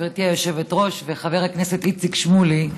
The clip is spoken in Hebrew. גברתי היושבת-ראש וחבר הכנסת איציק שמולי,